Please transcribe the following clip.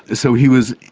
so he was,